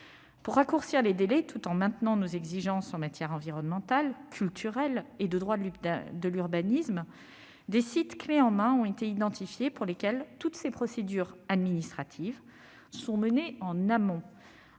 Pour raccourcir les délais tout en maintenant nos exigences en matière environnementale, culturelle et de droit de l'urbanisme, des « sites clés en main » ont été identifiés, pour lesquels toutes ces procédures administratives ont été menées en amont.